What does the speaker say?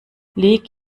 leg